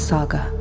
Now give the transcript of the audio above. Saga